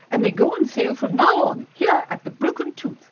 and they go on sale from now on, here at the broken tooth.